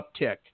uptick